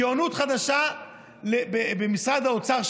גאונות חדשה במשרד האוצר,